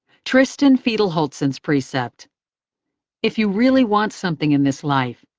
tristan fiedleholtzen's precept if you really want something in this life,